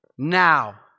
Now